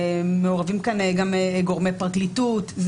מעורבים כאן גם גורמי פרקליטות.